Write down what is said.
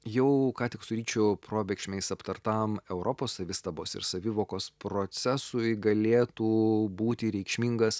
jau ką tik su ryčiu probėgšmiais aptartam europos savistabos ir savivokos procesui galėtų būti reikšmingas